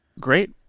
Great